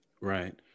Right